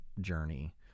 journey